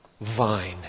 vine